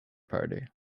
party